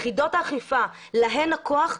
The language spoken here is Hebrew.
ליחידות האכיפה יש את הכוח,